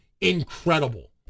Incredible